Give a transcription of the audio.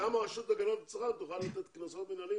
הרשות להגנת הצרכן תוכל לתת קנסות מינהליים